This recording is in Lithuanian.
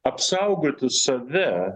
apsaugoti save